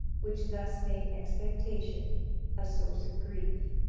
which thus made expectation a source of grief